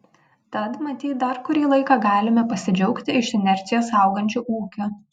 tad matyt dar kurį laiką galime pasidžiaugti iš inercijos augančiu ūkiu